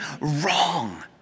wrong